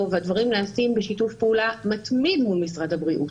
והדברים נעשים בשיתוף פעולה מתמיד מול משרד הבריאות.